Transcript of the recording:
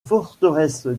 forteresse